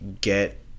get